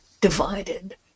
divided